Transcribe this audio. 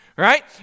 Right